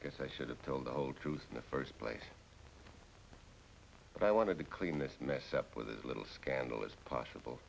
i guess i should have told the whole truth in the first place but i want to clean this mess up with as little scandal as possible